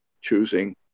choosing